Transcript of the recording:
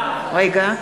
בעד.